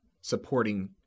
supporting